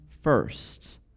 first